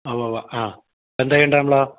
ഉവ്വ് ഉവ്വ് ആ എന്താണു ചെയ്യേണ്ടതു നമ്മള്